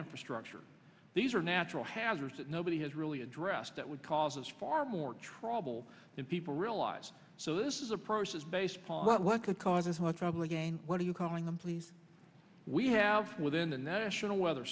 infrastructure these are natural hazards that nobody has really addressed that would cause us far more trouble than people realize so this is approaches based upon what could cause this much trouble again what are you calling them please we have within the national weather